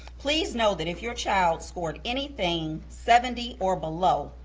please note that if you're child scored anything seventy or below,